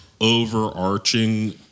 overarching